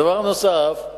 הדבר הנוסף,